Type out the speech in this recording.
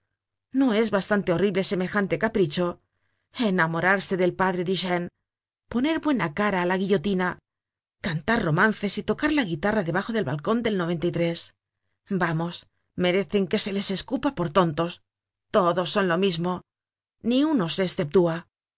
no es bastante horrible semejante capricho enamorarse del padre duchéne poner buena cara á la guillotina cantar romances y tocar la guitarra debajo del balcon del vamos merecen que se les escupa por tontos todos son lo mismo ni uno se esceptúa